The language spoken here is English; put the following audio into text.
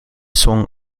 song